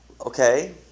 Okay